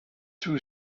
two